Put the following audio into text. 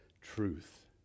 truth